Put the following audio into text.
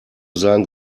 sagen